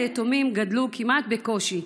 היתומים גדלו כמעט בקושי,